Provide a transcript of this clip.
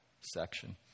section